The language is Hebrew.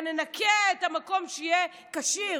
אלא ננקה את המקום שיהיה כשיר.